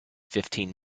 fifteen